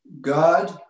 God